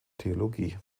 theologie